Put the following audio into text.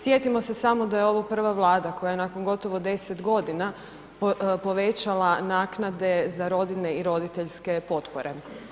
Sjetimo se samo da je ovo prva Vlada koja je nakon gotovo 10.g. povećala naknade za rodiljne i roditeljske potpore.